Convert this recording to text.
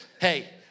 hey